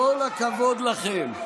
כל הכבוד לכם.